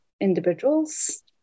individuals